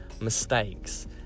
mistakes